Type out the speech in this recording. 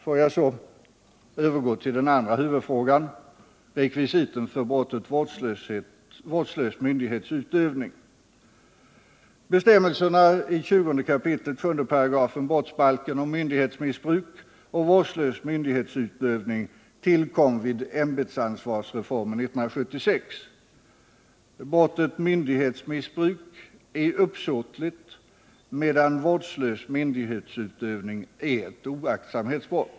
Får jag så övergå till den andra huvudfrågan: rekvisiten för brottet vårdslös myndighetsutövning. Bestämmelserna i 20 kap. I § brottsbalken om myndighetsmissbruk och vårdslös myndighetsutövning tillkom i samband med ämbetsansvarsreformen 1976. Brottet myndighetsmissbruk är uppsåtligt, medan vårdslös myndighetsutövning är ett oaktsamhetsbrott.